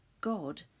God